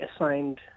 assigned